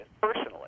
personally